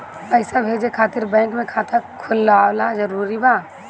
पईसा भेजे खातिर बैंक मे खाता खुलवाअल जरूरी बा?